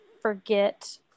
forget